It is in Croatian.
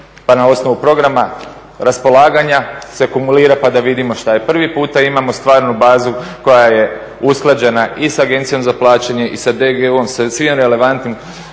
Pa na osnovu programa raspolaganja se kumulira pa da vidimo šta je. Prvi puta imamo stvarnu bazu koja je usklađena i sa Agencijom za plaćanje i sa DGO-om sa svim relevantnim